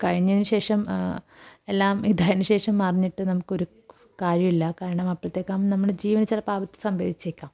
കഴിഞ്ഞതിനു ശേഷം എല്ലാം ഇതായതിനു ശേഷം അറിഞ്ഞിട്ട് നമുക്കൊരു കാര്യവുമില്ല കാരണം അപ്പോഴത്തേക്കും ആകുമ്പം നമ്മളുടെ ജീവൻ ചിലപ്പോൾ ആപത്ത് സംഭവിച്ചേക്കാം